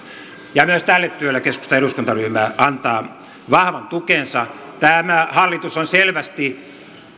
ja myös tälle työlle keskustan eduskuntaryhmä antaa vahvan tukensa tämä hallitus on selvästi